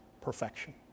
perfection